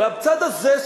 בצד הזה,